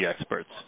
experts